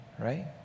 right